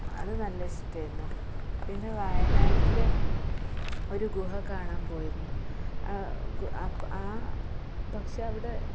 അത് നല്ല ഇഷ്ടമായിരുന്നു പിന്നെ വയനാട്ടിൽ ഒരു ഗുഹ കാണാന് പോയിരുന്നു ആ പക്ഷെ അവിടെ